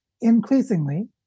increasingly